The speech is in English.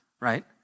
Right